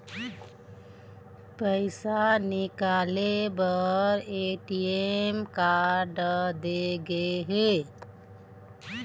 पइसा निकाले बर ए.टी.एम कारड दे गे हे